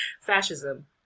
fascism